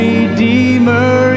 Redeemer